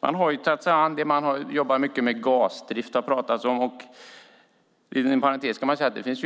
De har till exempel jobbat mycket med gasdrift. Inom parentes kan nämnas att det finns